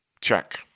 Check